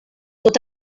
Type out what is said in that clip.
tot